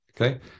Okay